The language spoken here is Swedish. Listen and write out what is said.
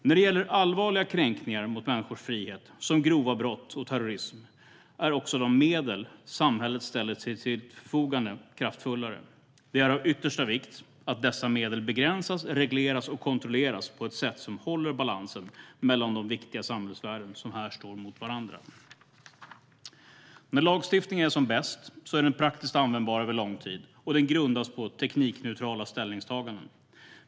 När det gäller allvarliga kränkningar mot människors frihet, som grova brott och terrorism, är också de medel samhället ställer till sitt förfogande kraftfullare. Det är av yttersta vikt att dessa medel begränsas, regleras och kontrolleras på ett sätt som håller balansen mellan de viktiga samhällsvärden som här står emot varandra. När lagstiftning är som bäst är den praktiskt användbar över lång tid och grundas på teknikneutrala ställningstaganden.